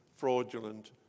fraudulent